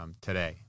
today